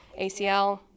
ACL